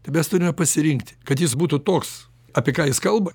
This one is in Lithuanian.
tai mes turime pasirinkti kad jis būtų toks apie ką jis kalba